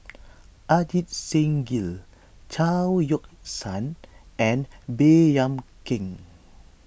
Ajit Singh Gill Chao Yoke San and Baey Yam Keng